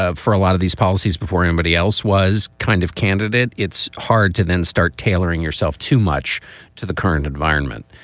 ah for a lot of these policies before anybody else was kind of candidate. it's hard to then start tailoring yourself too much to the current environment.